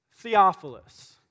Theophilus